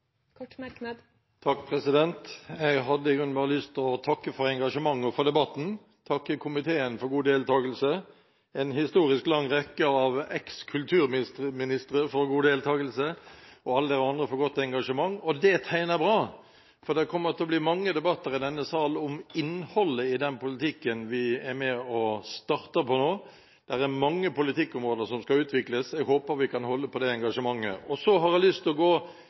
Jeg hadde i grunnen bare lyst til å takke for engasjementet og for debatten, takke komiteen og en historisk lang rekke av eks-kulturministere for god deltakelse, og alle de andre for godt engasjement. Det tegner bra, for det kommer til å bli mange debatter i denne sal om innholdet i den politikken vi er med og starter på nå. Det er mange politikkområder som skal utvikles, og jeg håper vi kan holde på det engasjementet. Jeg har lyst til faktisk å gå